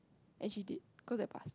and she did cause I passed